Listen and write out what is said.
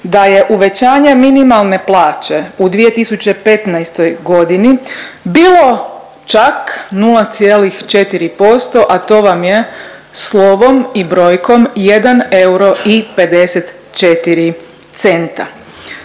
da je uvećanje minimalne plaće u 2015. godini bilo čak 0,4%, a to vam je slovom i brojkom 1 euro